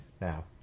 Now